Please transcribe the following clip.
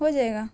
ہو جائے گا